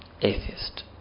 atheist